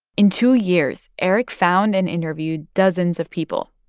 in two years, eric found and interviewed dozens of people.